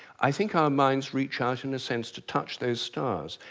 i think our minds reach out in a sense to touch those stars,